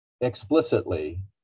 explicitly